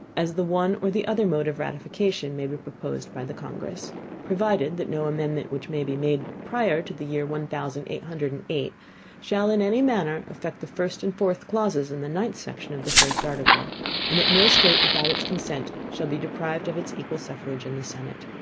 as the one or the other mode of ratification may be proposed by the congress provided that no amendment which may be made prior to the year one thousand eight hundred and eight shall in any manner affect the first and fourth clauses in the ninth section of the first article and that no state, without its consent, shall be deprived of it's equal suffrage in the senate.